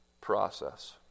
process